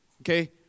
Okay